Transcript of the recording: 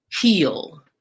heal